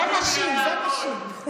זה נשים, זה נשים.